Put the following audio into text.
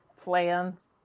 plans